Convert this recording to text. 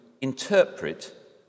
interpret